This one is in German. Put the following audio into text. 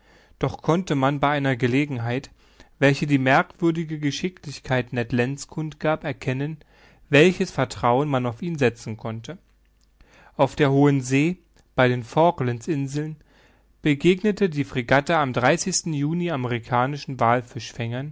doch konnte man bei einer gelegenheit welche die merkwürdige geschicklichkeit ned lands kund gab erkennen welches vertrauen man auf ihn setzen konnte auf der hohen see bei den falklands inseln begegnete die fregatte am juni